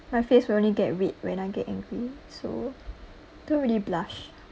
my face will only get red when I get angry so I don't really blush